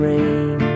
Rain